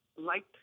liked